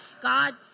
God